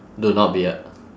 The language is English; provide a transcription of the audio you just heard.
do not be a